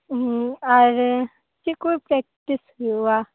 ᱦᱮᱸ ᱟᱨ ᱪᱮᱫ ᱠᱚ ᱯᱮᱠᱴᱤᱥ ᱦᱩᱭᱩᱜᱼᱟ